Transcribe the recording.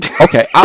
Okay